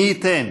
מי ייתן